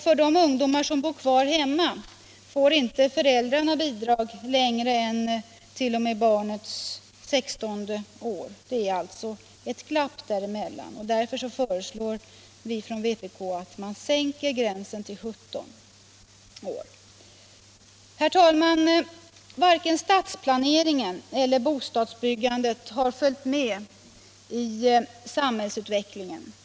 För de ungdomar som bor kvar hemma får inte föräldrarna bidrag längre än t.o.m. barnets sextonde år. Det är alltså ett glapp däremellan och därför föreslår vpk att man sänker gränsen till 17 år. Herr talman! Varken stadsplaneringen eller bostadsbyggandet har följt med i samhällsutvecklingen.